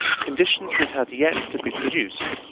conditions that had yet to be produced,